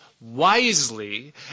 wisely